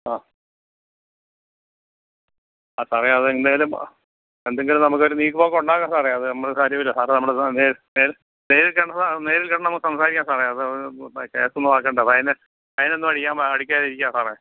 ആ ആ സാറെ അതെന്തായാലും എന്തെങ്കിലും നമുക്കൊരു നീക്ക് പോക്കൊണ്ടാക്കാം സാറെ അത് നമ്മൾ കാര്യവില്ല സാറ് നമ്മുടെ നേരിൽ നേരിൽ നേരിൽ കണ്ട് നേരിൽക്കണ്ട് സംസാരിക്കാം സാറെ അത് കേസൊന്നുവാക്കണ്ട ഫൈനൊന്നു അടിക്കാൻ പാ അടിക്കാതിരിക്കാം സാറെ